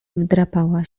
wdrapała